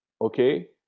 Okay